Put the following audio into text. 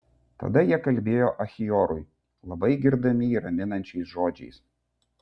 tada jie kalbėjo achiorui labai girdami jį raminančiais žodžiais